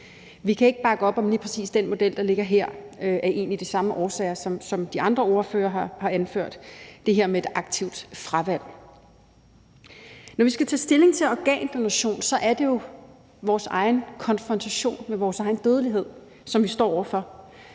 Vi kan ikke bakke op om lige præcis den model, der ligger her, egentlig af de samme årsager, som de andre ordførere har anført. Det handler om det her med et aktivt fravalg. Når vi skal tage stilling til organdonation, er det jo konfrontationen med vores egen dødelighed, som vi står over for,